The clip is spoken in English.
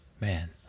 Man